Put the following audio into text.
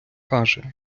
каже